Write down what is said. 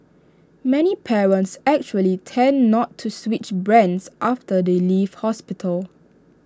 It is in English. many parents actually tend not to switch brands after they leave hospital